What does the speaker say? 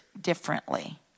differently